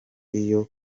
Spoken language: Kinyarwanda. iyo